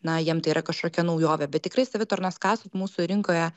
na jiem tai yra kažkokia naujovė bet tikrai savitarnos kasos mūsų rinkoje